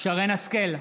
שרן מרים השכל,